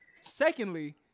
Secondly